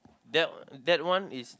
that that one is